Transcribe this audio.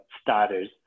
starters